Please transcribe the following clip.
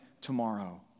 tomorrow